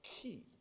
key